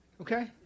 okay